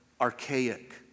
archaic